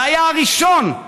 והיה הראשון,